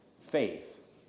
Faith